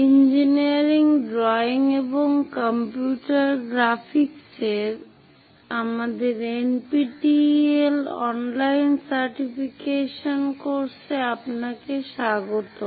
engineering drawing এবং computer গ্রাফিক্সের আমাদের NPTEL অনলাইন সার্টিফিকেশন কোর্সে আপনাকে স্বাগতম